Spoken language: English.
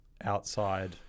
outside